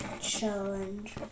Challenge